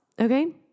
okay